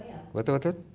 betul betul